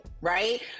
right